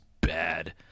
bad